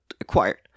acquired